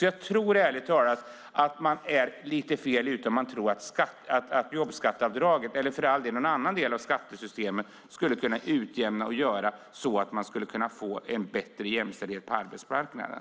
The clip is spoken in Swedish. Jag tror ärligt talat att man är lite fel ute om man tror att jobbskatteavdraget, eller för all del någon annan del av skattesystemet, skulle kunna utjämna och göra så att vi skulle kunna få en bättre jämställdhet på arbetsmarknaden.